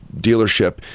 dealership